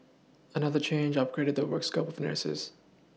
another change upgraded the work scope of nurses